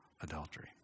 adultery